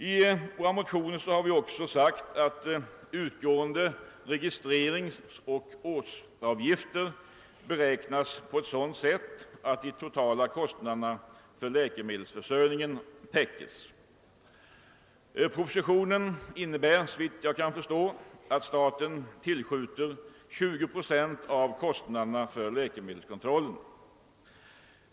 I våra motioner har vi också sagt att utgående registreringsoch årsavgifter bör beräknas på ett sådant sätt, att de totala kostnaderna för läkemedelsförsörjningen täckes. Propositionen innebär, såvitt jag kan förstå, att staten tillskjuter 20 procent av kostnaderna för läkemedelskontrollen.